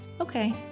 Okay